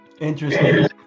Interesting